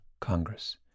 Congress